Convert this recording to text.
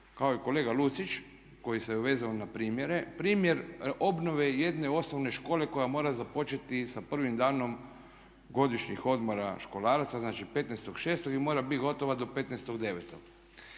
kao i kolega Lucić koji se vezao na primjere. Primjer obnove jedine osnovne škole koja mora započeti sa prvim danom godišnjih odmora školaraca, znači 15.06. i mora biti gotova do 15.09.